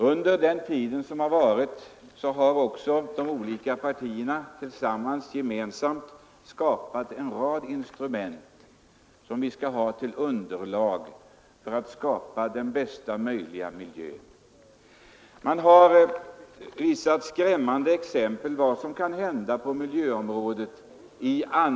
Under den tid som gått har de olika partierna gemensamt skapat en rad instrument som vi skall ha till underlag för att skapa bästa möjliga miljö. Man har i andra länder sett skrämmande exempel på vad som kan hända på miljöområdet.